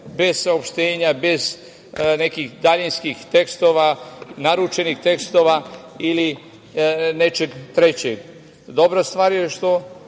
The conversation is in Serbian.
bez saopštenja, bez nekih daljinskih tekstova, naručenih tekstova ili nečeg trećeg. Dobra stvar je što